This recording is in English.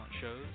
shows